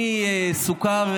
מסוכר,